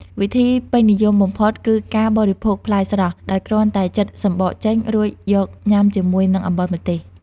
វិធីពេញនិយមបំផុតគឺការ បរិភោគផ្លែស្រស់ ដោយគ្រាន់តែចិតសំបកចេញ រួចយកញ៉ាំជាមួយនឹង អំបិលម្ទេស។